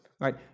right